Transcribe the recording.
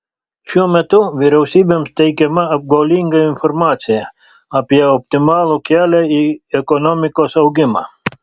šiuo metu vyriausybėms teikiama apgaulinga informacija apie optimalų kelią į ekonomikos augimą